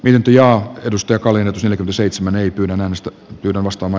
dementia edustaja kalle eli gseitsemän ei pöydän annista vastaava